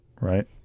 right